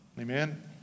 Amen